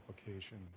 application